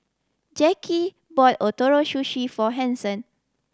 Jacki bought Ootoro Sushi for Hanson